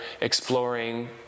exploring